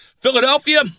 Philadelphia